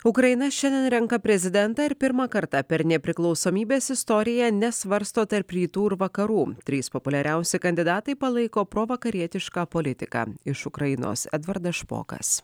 ukraina šiandien renka prezidentą ir pirmą kartą per nepriklausomybės istoriją nesvarsto tarp rytų ir vakarų trys populiariausi kandidatai palaiko provakarietišką politiką iš ukrainos edvardas špokas